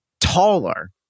taller